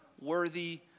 worthy